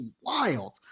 wild